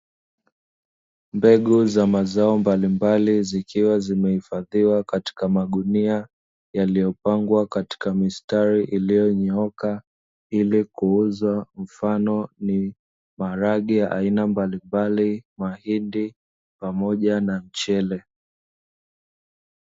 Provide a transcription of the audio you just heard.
Mbegu za mazao mbalimbali zikiwa zimehifadhiwa katika magunia yaliyopangwa katika mistari iliyonyooka, ili kuuzwa mfano ni maharage aina mmbalimbali, mahindi pamoja na mchele.